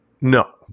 No